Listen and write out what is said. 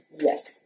Yes